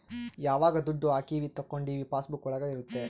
ಯಾವಾಗ ದುಡ್ಡು ಹಾಕೀವಿ ತಕ್ಕೊಂಡಿವಿ ಪಾಸ್ ಬುಕ್ ಒಳಗ ಇರುತ್ತೆ